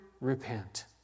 Repent